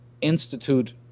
institute